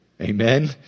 Amen